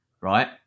right